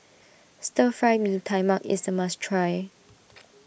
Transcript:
Stir Fry Mee Tai Mak is a must try